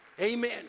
Amen